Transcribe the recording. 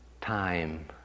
time